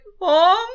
mom